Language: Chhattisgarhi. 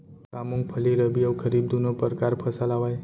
का मूंगफली रबि अऊ खरीफ दूनो परकार फसल आवय?